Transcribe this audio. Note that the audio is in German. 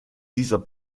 dieser